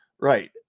Right